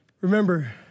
Remember